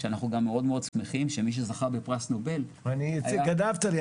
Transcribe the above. שאנחנו גם מאוד שמחים שמי שזכה בפרס נובל היה בוגר --- גנבת לי.